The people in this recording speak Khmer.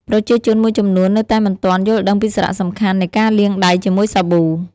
ប្រជាជនមួយចំនួននៅតែមិនទាន់យល់ដឹងពីសារៈសំខាន់នៃការលាងដៃជាមួយសាប៊ូ។